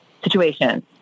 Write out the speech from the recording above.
situation